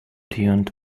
tuned